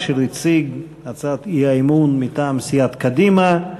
אשר הציג את הצעת האי-אמון מטעם סיעת קדימה.